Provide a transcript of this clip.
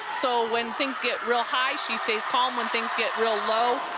so when things get real high, she stays calm. when things get real low,